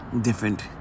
different